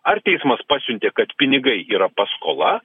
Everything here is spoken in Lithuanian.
ar teismas pasiuntė kad pinigai yra paskola